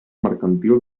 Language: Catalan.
mercantil